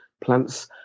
plants